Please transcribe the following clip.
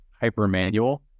hyper-manual